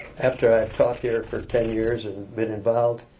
after i taught here for ten years, and been involved